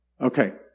Okay